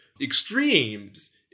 extremes